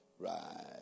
Right